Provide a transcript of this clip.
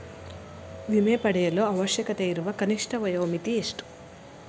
ವಿಮೆ ಪಡೆಯಲು ಅವಶ್ಯಕತೆಯಿರುವ ಕನಿಷ್ಠ ವಯೋಮಿತಿ ಎಷ್ಟು?